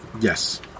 Yes